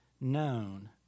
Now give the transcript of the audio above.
known